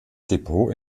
depot